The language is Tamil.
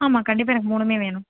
ஆமாம் கண்டிப்பாக எனக்கு மூணுமே வேணும்